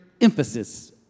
emphasis